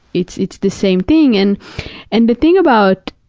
it's it's the same thing. and and the thing about,